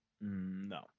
No